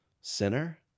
Sinner